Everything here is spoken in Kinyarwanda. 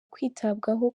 kwitabwaho